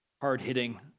hard-hitting